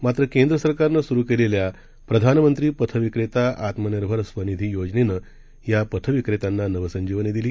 मात्र केंद्र सरकारनं सुरू केलेल्या प्रधानमंत्री पथविक्रेता आत्मनिर्भर स्वनिधी योजनेनं या पथविक्रेत्यांना नवसंजीवनी दिली